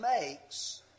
makes